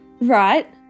Right